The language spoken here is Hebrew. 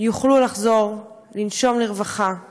יוכלו לחזור לנשום לרווחה ולחיות.